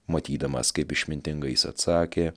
matydamas kaip išmintingai jis atsakė